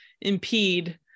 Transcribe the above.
impede